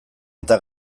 eta